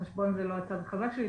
חשבון זה לא הצד החזק שלי.